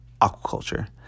aquaculture